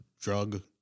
drug